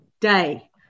day